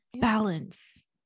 balance